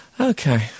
Okay